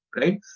right